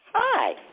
Hi